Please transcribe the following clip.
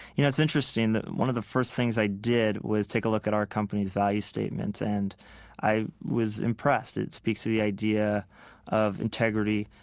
you know it's interesting that one of the first things i did was take a look at our company's value statements, and i was impressed. it speaks to the idea of integrity,